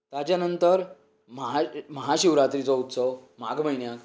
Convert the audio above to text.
ताजे नंतर म्हा महाशिवरात्रेचो उत्सव माघ म्हयन्यांत